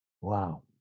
Wow